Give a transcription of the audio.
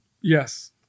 yes